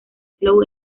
flow